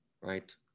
Right